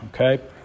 Okay